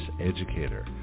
educator